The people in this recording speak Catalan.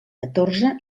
catorze